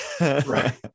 right